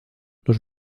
los